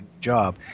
job